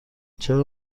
چرا